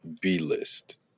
B-list